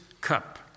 cup